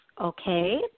okay